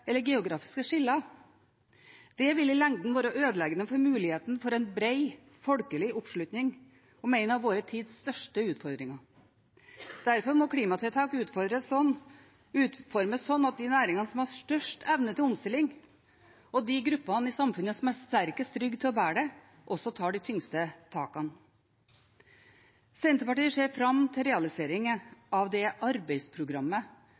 eller geografiske skiller. Det vil i lengden være ødeleggende for muligheten for en bred folkelig oppslutning om en av vår tids største utfordringer. Derfor må klimatiltak utformes slik at de næringene som har størst evne til omstilling, og de gruppene i samfunnet som har sterkest rygg til å bære det, også tar de tyngste takene. Senterpartiet ser fram til